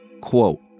Quote